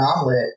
omelet